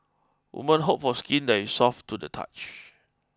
women hope for skin that is soft to the touch